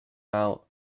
out